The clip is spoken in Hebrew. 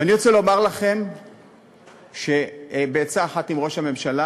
ואני רוצה לומר לכם שבעצה אחת עם ראש הממשלה,